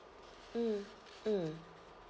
mm mm